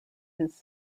his